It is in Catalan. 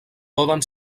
poden